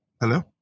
Hello